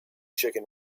chicken